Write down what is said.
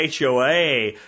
HOA